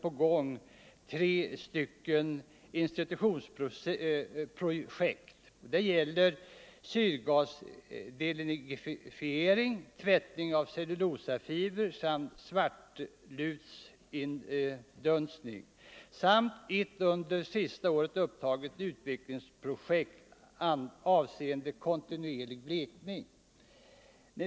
Vidare pågår tre smärre institutionsprojekt gällande syrgasdelignifiering, tvättning av cellulosafibrer, svartlutsindunstning samt ett under det senaste året upptaget utvecklingsprojekt avseende kontinuerlig blekning.